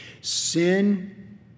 Sin